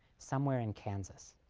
somewhere in kansas.